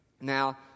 Now